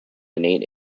innate